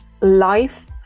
life